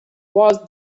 was